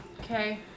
Okay